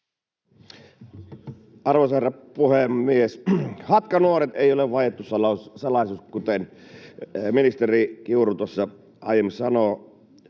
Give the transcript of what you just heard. Arvoisa herra puhemies! Hatkanuoret ei ole vaiettu salaisuus, kuten ministeri Kiuru tuossa aiemmin sanoi,